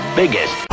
biggest